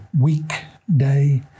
weekday